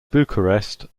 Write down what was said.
bucharest